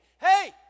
Hey